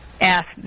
ask